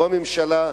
בממשלה,